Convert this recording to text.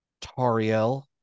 Tariel